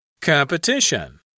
competition